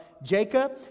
Jacob